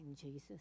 Jesus